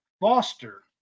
Foster